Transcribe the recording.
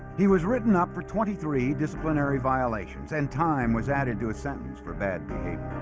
he was written up for twenty three disciplinary violations and time was added to a sentence for bad